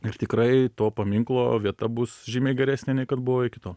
ir tikrai to paminklo vieta bus žymiai geresnė nei kad buvo iki to